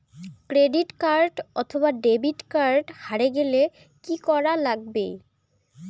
Credit card অথবা debit card হারে গেলে কি করা লাগবে?